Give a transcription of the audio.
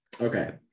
Okay